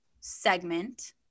segment